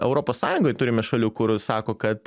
europos sąjungoj turime šalių kur sako kad